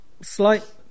slight